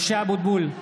משה אבוטבול,